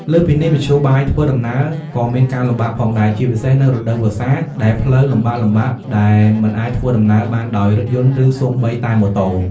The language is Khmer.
លើសពីនេះ មធ្យោបាយធ្វើដំណើរ ក៏មានការលំបាកផងដែរ ជាពិសេសនៅរដូវវស្សា ដែលផ្លូវលំបាកៗដែលមិនអាចធ្វើដំណើរបានដោយរថយន្ត ឬសូម្បីតែម៉ូតូ។